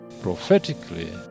Prophetically